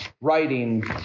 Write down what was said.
writing